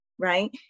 right